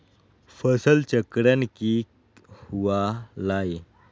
फसल चक्रण की हुआ लाई?